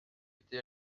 été